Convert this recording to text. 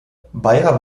beyer